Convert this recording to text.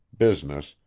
business,